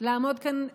לעמוד כאן כשרה,